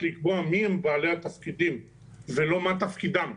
לקבוע מיהם בעלי התפקידים ולא מה תפקידם,